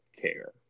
care